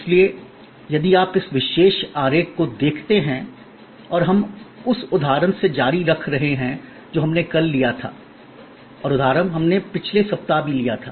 इसलिए यदि आप इस विशेष आरेख को देखते हैं और हम उस उदाहरण से जारी रख रहे हैं जो हमने कल लिया था और उदाहरण हमने पिछले सप्ताह भी लिया था